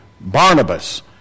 Barnabas